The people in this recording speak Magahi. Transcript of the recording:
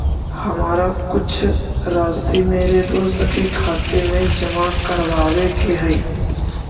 हमारा कुछ राशि मेरे दोस्त के खाते में जमा करावावे के हई